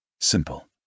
Simple